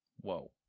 Whoa